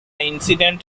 incident